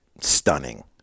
Stunning